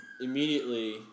immediately